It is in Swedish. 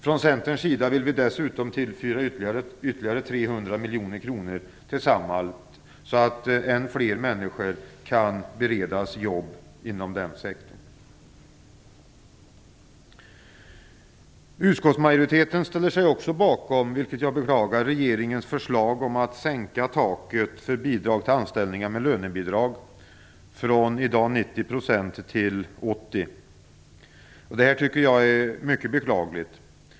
Från Centerns sida vill vi dessutom tillföra ytterligare 300 miljoner kronor till Samhall, så att än fler människor kan beredas jobb inom den sektorn. Utskottsmajoriteten ställer sig också bakom - vilket jag beklagar - regeringens förslag om att sänka taket för bidrag till anställningar med lönebidrag från 90 till 80 %. Detta är mycket beklagligt.